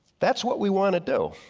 that's what we wanna do.